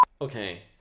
Okay